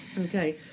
Okay